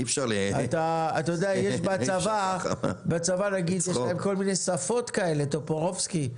אתה יודע, יש בצבא כל מיני שפות כאלה, טופורובסקי,